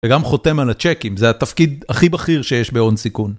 וגם חותם על הצ'קים, זה התפקיד הכי בכיר שיש בהון סיכון.